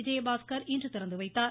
விஜயபாஸ்கர் இன்று திறந்து வைத்தார்